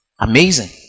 amazing